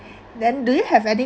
then do you have any